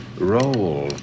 Roll